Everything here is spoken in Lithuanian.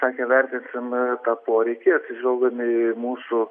sakė vertinsim tą poreikį atsižvelgdami į mūsų